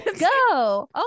go